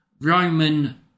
Roman